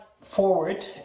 forward